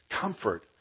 comfort